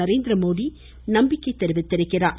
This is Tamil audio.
நரேந்திரமோதி நம்பிக்கை தெரிவித்திருக்கிறார்